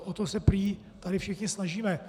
O to se prý tady všichni snažíme.